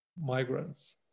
migrants